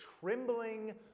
trembling